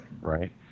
Right